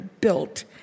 built